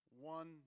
one